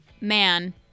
man